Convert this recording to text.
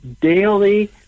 daily